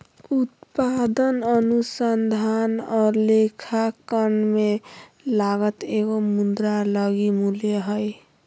उत्पादन अनुसंधान और लेखांकन में लागत एगो मुद्रा लगी मूल्य हइ